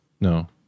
No